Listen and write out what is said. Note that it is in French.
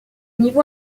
niveau